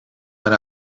mijn